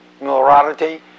morality